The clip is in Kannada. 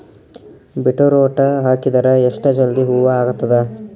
ಬೀಟರೊಟ ಹಾಕಿದರ ಎಷ್ಟ ಜಲ್ದಿ ಹೂವ ಆಗತದ?